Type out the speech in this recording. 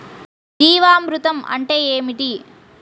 జీవామృతం అంటే ఏమిటి?